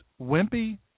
wimpy